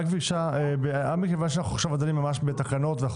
אנחנו עכשיו דנים ממש בתקנות ואנחנו